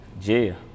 Jail